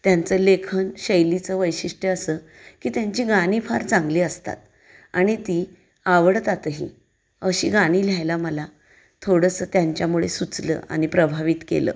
त्यांचं लेखनशैलीचं वैशिष्ट्य असं की त्यांची गाणीफार चांगली असतात आणि ती आवडतातही अशी गाणी लिहायला मला थोडंसं त्यांच्यामुळे सुचलं आणि प्रभावित केलं